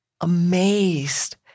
amazed